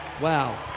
Wow